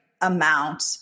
amount